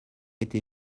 été